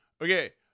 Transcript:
okay